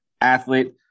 athlete